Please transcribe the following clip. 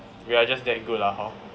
we are just that good lah hor